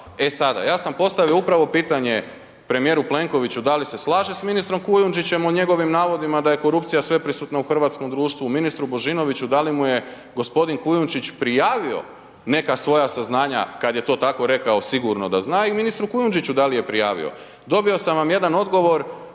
E sada, ja sam postavio upravo pitanje premijeru Plenkoviću da li se slaže s ministrom Kujundžićem u njegovim navodima da je korupcija sveprisutna u hrvatskom društvu, ministru Božinoviću, da li mu je g. Kujundžić prijavio neka svoja saznanja, kad je to tako rekao, sigurno da zna i ministru Kujundžiću da li je prijavio. Dobio sam vam jedan odgovor